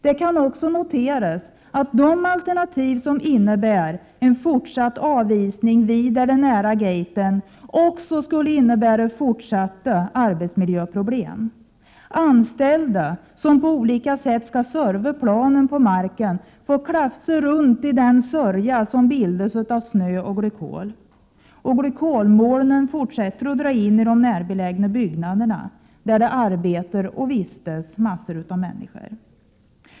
Det kan också noteras att de alternativ som innebär en fortsatt avisning vid eller nära gaten också skulle innebära fortsatta arbetsmiljöproblem. Anställda som på olika sätt skall ge planen service på marken får klafsa runt i den sörja som bildas av snö och glykol. Och ”glykolmolnen” fortsätter att dra in i de närbelägna byggnaderna. Där arbetar och vistas massor av människor.